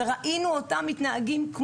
ושראינו איך הם מתנהגים,